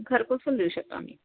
घरपोच पण देऊ शकतो आम्ही